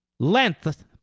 Length